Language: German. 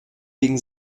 wegen